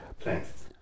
Thanks